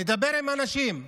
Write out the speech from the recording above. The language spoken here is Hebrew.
לדבר עם אנשים,